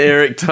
Eric